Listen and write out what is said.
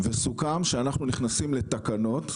סוכם שאנחנו נכנסים לתקנות,